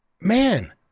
man